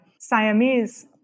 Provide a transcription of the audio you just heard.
Siamese